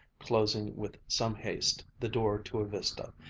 closing with some haste the door to a vista,